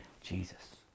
Jesus